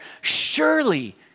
surely